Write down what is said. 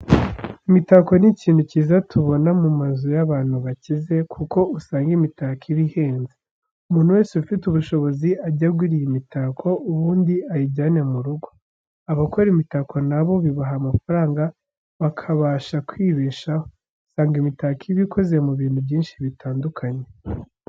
Imitako ni ikintu cyiza tubona mu mazu y'abantu bakize, kuko usanga imitako iba ihenze. Umuntu wese ufite ubushobozi ajye agura iyi mitako ubundi ayijyane mu rugo. Abakora imitako na bo bibaha amafaranga bakabasha kwibeshaho. Usanga imitako iba ikoze mu bintu byinshi bitandukanye.